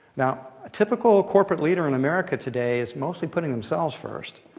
now a typical corporate leader in america today is mostly putting themselves first.